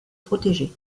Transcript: protégées